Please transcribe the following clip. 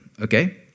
okay